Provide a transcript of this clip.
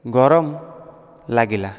ଗରମ ଲାଗିଲା